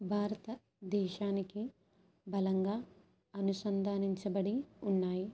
భారతదేశానికి బలంగా అనుసంధానించబడి ఉన్నాయి